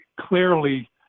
Clearly